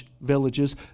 villages